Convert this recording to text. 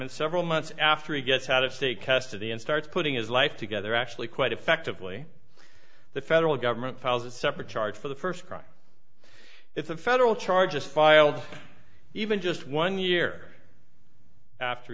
and several months after he gets out of state custody and starts putting his life together actually quite effectively the federal government files a separate charge for the first crime if the federal charges filed even just one year after